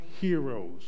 Heroes